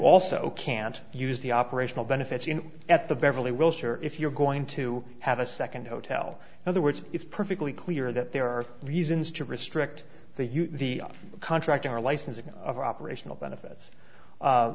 also can't use the operational benefits in at the beverly wilshire if you're going to have a second hotel in other words it's perfectly clear that there are reasons to restrict the contract or licensing of operational benefits